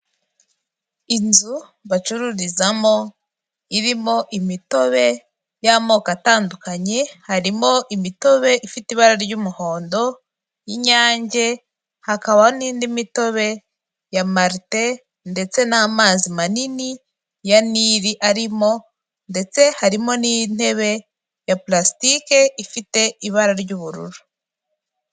Inzu bacururizamo irimo imitobe y'amoko atandukanye, harimo imitobe ifite ibara ry'umuhondo y'inyange, hakaba n'indi mitobe ya marite ndetse n'amazi manini ya Nili arimo ndetse harimo n'intebe ya purastike ifite ibara ry'ubururu.